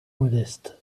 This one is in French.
modeste